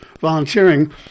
volunteering